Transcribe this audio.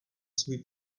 svůj